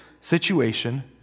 situation